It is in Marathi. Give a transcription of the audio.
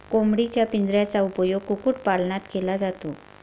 कोंबडीच्या पिंजऱ्याचा उपयोग कुक्कुटपालनात केला जातो